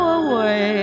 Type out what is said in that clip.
away